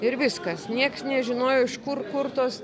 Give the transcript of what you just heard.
ir viskas nieks nežinojo iš kur kur tos